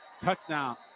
touchdown